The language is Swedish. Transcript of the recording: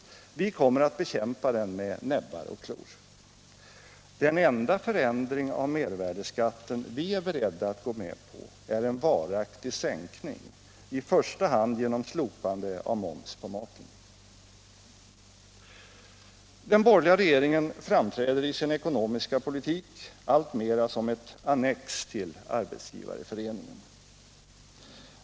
Vi kommer att bekämpa den med näbbar och klor. Den enda förändring av mervärdeskatten vi är beredda att gå med på är en varaktig sänkning, i första hand genom slopande av moms på maten. Den borgerliga regeringen framträder i sin ekonomiska politik alltmera som ett annex till Arbetsgivareföreningen.